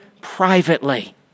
privately